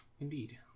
Indeed